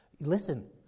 listen